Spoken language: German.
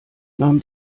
nahm